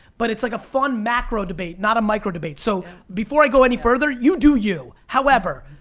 but it's like a fun macro debate, not a micro debate, so before i go any further, you do you. however,